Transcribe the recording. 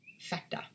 factor